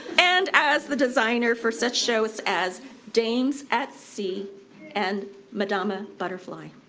and as the designer for such shows as dames at sea and madame ah butterfly.